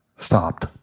stopped